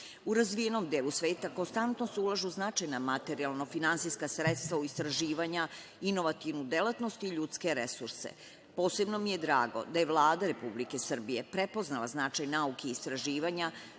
U razvijenom delu sveta konstantno se ulažu materijalno-finansijska sredstva u istraživanja, inovativnu delatnosti i ljudske resurse. Posebno mi je drago da je Vlada Republike Srbije prepoznala značaj nauke istraživanja